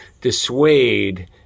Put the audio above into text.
dissuade